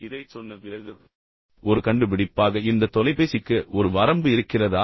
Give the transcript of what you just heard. இதைச் சொன்ன பிறகு ஒரு கண்டுபிடிப்பாக இந்த தொலைபேசிக்கு ஒரு வரம்பு இருக்கிறதா